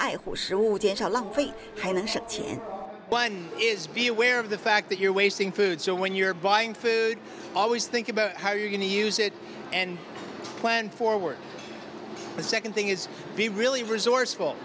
but is be aware of the fact that you're wasting food so when you're buying food always think about how you're going to use it and plan forward the nd thing is be really resourceful